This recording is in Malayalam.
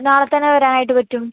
നാളെത്തന്നെ വരാനായിട്ട് പറ്റും